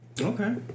Okay